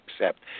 accept